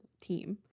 team